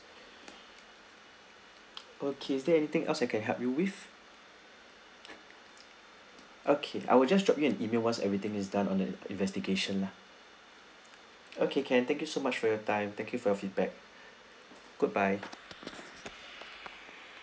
okay is there anything else I can help you with okay I will just drop you an email once everything is done on the investigation lah okay can thank you so much for your time thank you for your feedback goodbye